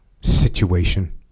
situation